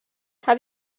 have